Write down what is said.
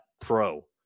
pro